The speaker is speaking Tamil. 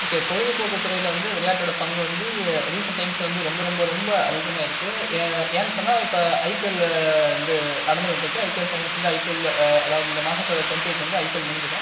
ஓகே பொழுது போக்கு துறையில் வந்து விளையாட்டோடய பங்கு வந்து ரீசன் டைம்ஸில் வந்து ரொம்ப ரொம்ப ரொம்ப அதிகமாகிருக்குது ஏன் ஏன் சொன்னால் இப்போ ஐபிஎல் வந்து நடந்துகிட்டு இருக்குது ஐபிஎல் பைனான்ஸ் வந்து ஐபிஎல் அதாவது இந்த மாசத்தொட டுவென்ட்டி எய்ட் வந்து ஐபிஎல் முடிஞ்சிடும்